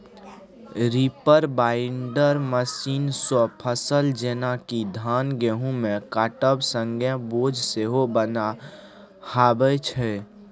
reaper binder मशीनसँ फसल जेना कि धान गहुँमकेँ काटब संगे बोझ सेहो बन्हाबै छै